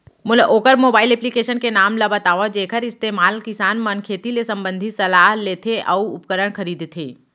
मोला वोकर mobile application के नाम ल बतावव जेखर इस्तेमाल किसान मन खेती ले संबंधित सलाह लेथे अऊ उपकरण खरीदथे?